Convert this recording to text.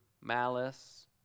malice